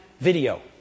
video